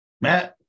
Matt